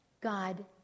God